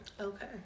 Okay